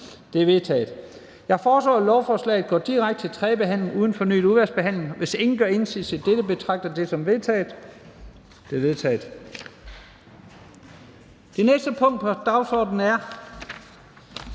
Det er vedtaget. Jeg foreslår, at lovforslagene går direkte til tredje behandling uden fornyet udvalgsbehandling, og hvis ingen gør indsigelse mod dette, betragter jeg det som vedtaget. Det er vedtaget. --- Det næste punkt på dagsordenen er: